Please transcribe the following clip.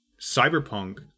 cyberpunk